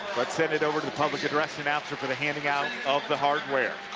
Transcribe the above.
let's send it over to the public address announcer for the handing out of the hardware.